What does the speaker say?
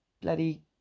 bloody